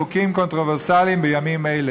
בחוקים קונטרוברסליים בימים אלה.